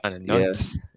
yes